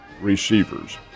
receivers